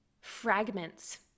fragments